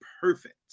perfect